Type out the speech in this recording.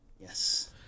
yes